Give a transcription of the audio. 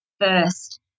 first